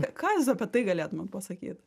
ką jūs apie tai galėtumėt pasakyt